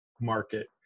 market